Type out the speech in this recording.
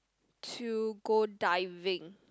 to go diving